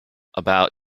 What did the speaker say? about